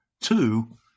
two